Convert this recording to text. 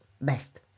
best